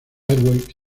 airways